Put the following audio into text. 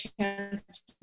chance